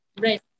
right